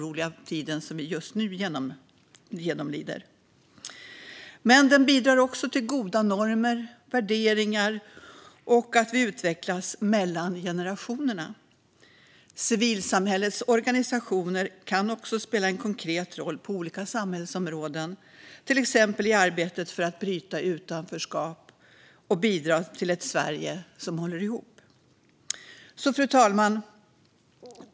Civilsamhället bidrar också till goda normer och värderingar och att vi utvecklas mellan generationerna. Civilsamhällets organisationer kan även spela en konkret roll på olika samhällsområden, till exempel i arbetet för att bryta utanförskap och bidra till ett Sverige som håller ihop. Fru talman!